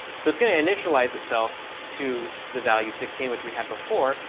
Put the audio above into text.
so it's going to initialize itself to the value sixteen which we had before.